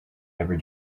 every